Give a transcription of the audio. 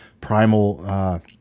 Primal